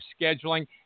scheduling